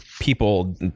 people